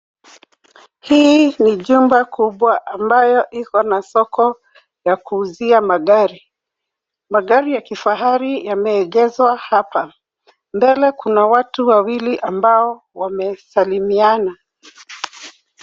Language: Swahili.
Hili ni jumba kubwa ambayo iko na soko ya kuuza magari. Magari ya kifahari yameegezwa hapa. Mbele kuna watu wawili ambao wamesalimiana.